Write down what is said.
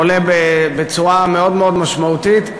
ועולה בצורה מאוד משמעותית,